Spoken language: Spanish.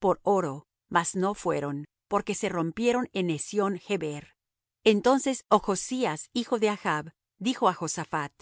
por oro mas no fueron porque se rompieron en ezion geber entonces ochzías hijo de achb dijo á josaphat